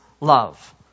love